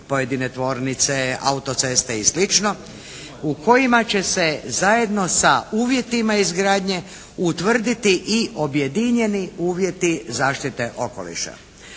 pojedine tvornice, auto-ceste i slično u kojima će se zajedno sa uvjetima izgradnje utvrditi i objedinjeni uvjeti zaštite okoliša.